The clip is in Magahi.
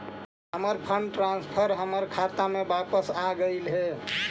हमर फंड ट्रांसफर हमर खाता में वापस आगईल हे